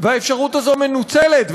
והאפשרות הזאת מנוצלת,